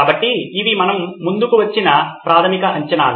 కాబట్టి ఇవి మనము ముందుకు వచ్చిన ప్రాథమిక అంచనాలు